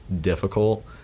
difficult